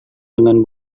dengan